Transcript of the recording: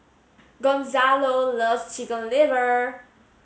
Gonzalo loves chicken liver